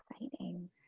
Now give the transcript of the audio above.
exciting